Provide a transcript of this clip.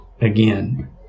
again